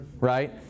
right